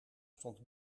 stond